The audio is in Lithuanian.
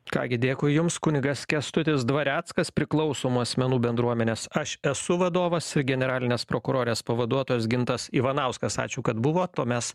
ką gi dėkui jums kunigas kęstutis dvareckas priklausomų asmenų bendruomenės aš esu vadovas ir generalinės prokurorės pavaduotojas gintas ivanauskas ačiū kad buvot o mes